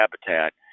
habitat